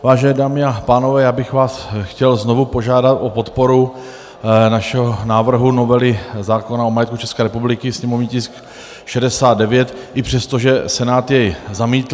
Vážené dámy a pánové, já bych vás chtěl znovu požádat o podporu našeho návrhu novely zákona o majetku České republiky, sněmovní tisk 69, i přesto, že Senát jej zamítl.